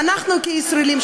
ואנחנו הישראלים,